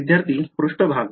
विद्यार्थीः पृष्ठभाग